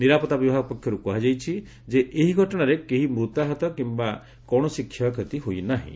ନିରାପତ୍ତା ବିଭାଗ ପକ୍ଷରୁ କୁହାଯାଇଛି ଯେ ଏହି ଘଟଣାରେ କେହି ମୃତାହତ କିମ୍ବା କୌଣସି କ୍ଷୟକ୍ଷତି ହୋଇନାହିଁ